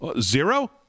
Zero